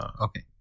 Okay